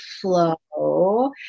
flow